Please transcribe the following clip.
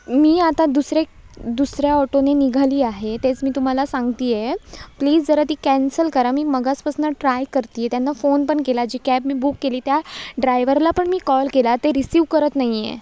मी आता दुसरे दुसऱ्या ऑटोने निघाली आहे तेच मी तुम्हाला सांगत आहे प्लिज जरा ती कॅन्सल करा मी मघासपासून ट्राय करत आहे त्यांना फोन पण केला जी कॅब मी बुक केली त्या ड्रायवरला पण मी कॉल केला ते रिसीव करत नाही आहे